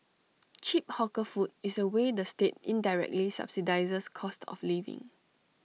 cheap hawker food is A way the state indirectly subsidises cost of living